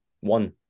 one